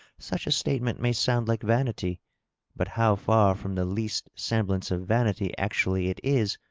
such a statement may sound like vanity but how far from the least semblance of vanity actually it is,